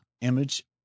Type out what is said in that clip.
image